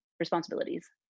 responsibilities